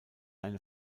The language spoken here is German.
eine